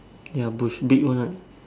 ya bush big one right